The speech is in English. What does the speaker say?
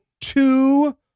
two